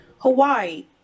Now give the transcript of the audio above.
hawaii